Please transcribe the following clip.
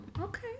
okay